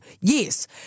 Yes